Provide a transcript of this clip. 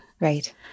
Right